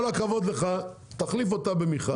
כל הכבוד לך, תחליף אותה במכרז.